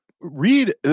read